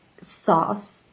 sauce